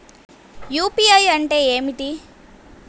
UPI అంటే ఏమిటి?